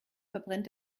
verbrennt